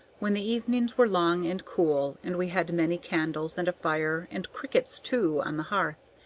when the evenings were long and cool, and we had many candles, and a fire and crickets too on the hearth,